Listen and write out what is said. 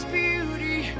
beauty